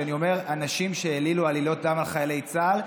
וכשאני אומר שאנשים העלילו עלילות דם על חיילי צה"ל,